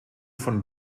von